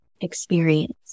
experience